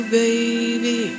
baby